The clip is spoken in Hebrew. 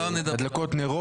משה סעדה, אליהו